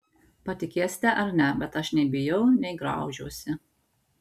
patikėsite ar ne bet aš nei bijau nei graužiuosi